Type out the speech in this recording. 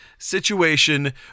Situation